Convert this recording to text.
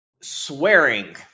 swearing